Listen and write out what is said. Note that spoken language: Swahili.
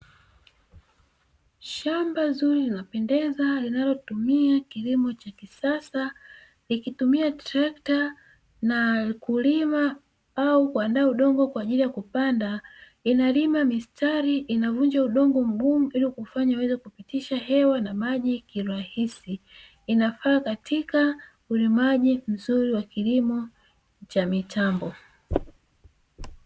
Shamba zuri linalopendeza linalotumia kilimo cha kisasa, likitumia trekta na kulima au kuandaa udongo kwa ajili ya kupanda, inalima mistari inavunja udongo mgumu ili uweze kupitisha hewa na maji, kirahisi inafaa katika ulimaji mzuri wa kilimo cha mitambo.